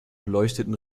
beleuchteten